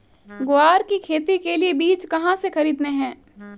ग्वार की खेती के लिए बीज कहाँ से खरीदने हैं?